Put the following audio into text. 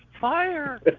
fire